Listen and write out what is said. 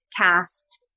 cast